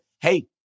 Hey